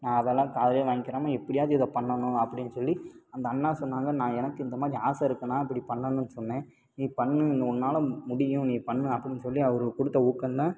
நான் அதெல்லாம் காதுலேயே வாங்கிக்கிறாம எப்படியாது இதை பண்ணணும் அப்பிடின்னு சொல்லி அந்த அண்ணா சொன்னாங்க நான் எனக்கு இந்தமாதிரி ஆசை இருக்குதுண்ணா இப்படி பண்ணணுன்னு சொன்னேன் நீ பண்ணு உன்னால் முடியும் நீ பண்ணு அப்பிடின்னு சொல்லி அவர் கொடுத்த ஊக்கந்தான்